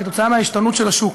עקב ההשתנות של השוק,